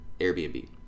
Airbnb